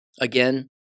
Again